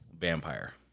vampire